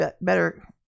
better